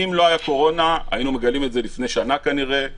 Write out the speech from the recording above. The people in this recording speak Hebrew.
אם לא הייתה קורונה היינו מגלים את זה לפני שנה כנראה,